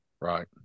Right